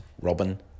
Robin